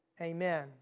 Amen